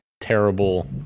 terrible